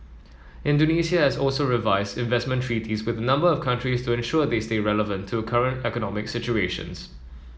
Indonesia has also revise investment treaties with a number of countries to ensure they stay relevant to current economic situations